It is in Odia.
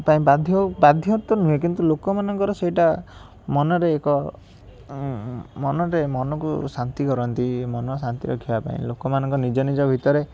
ପାଇଁ ବାଧ୍ୟ ବାଧ୍ୟ ତ ନୁହେଁ କିନ୍ତୁ ଲୋକମାନଙ୍କର ସେଇଟା ମନରେ ଏକ ମନରେ ମନକୁ ଶାନ୍ତି କରନ୍ତି ମନ ଶାନ୍ତି ରଖିବାପାଇଁ ଲୋକମାନଙ୍କର ନିଜ ନିଜ ଭିତରେ